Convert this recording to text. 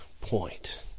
point